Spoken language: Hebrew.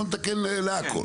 בוא נתקן לכל.